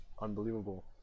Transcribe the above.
unbelievable